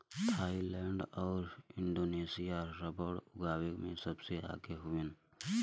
Thailand आउर Indonesia rubber उगावे में सबसे आगे हउवे